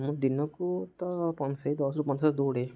ମୁଁ ଦିନକୁ ତ ଦୌଡ଼େ